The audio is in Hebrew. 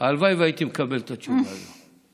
הלוואי שהייתי מקבל את התשובה הזאת.